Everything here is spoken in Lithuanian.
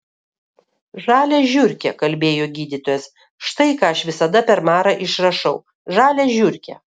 žalią žiurkę kalbėjo gydytojas štai ką aš visada per marą išrašau žalią žiurkę